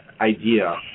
idea